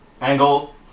angle